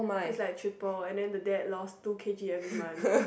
so it's like triple and then the dad lost two K_G every month